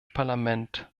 parlament